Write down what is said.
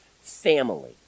family